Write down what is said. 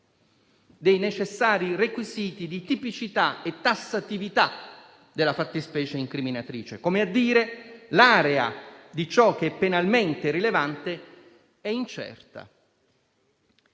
dei necessari requisiti di tipicità e tassatività della fattispecie incriminatrice; come a dire che l'area di ciò che è penalmente rilevante è incerta.